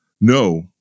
no